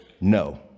No